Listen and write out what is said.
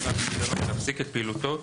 על בעל רישיון להפסיק את פעילותו,